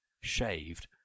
shaved